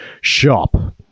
shop